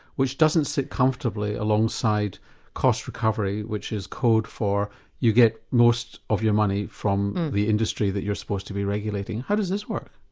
which doesn't sit comfortably alongside cost recovery which is code for you get most of your money from the industry that you're supposed to be regulating. how this work?